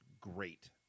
great